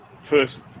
first